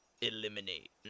Eliminate